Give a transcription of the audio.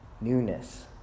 newness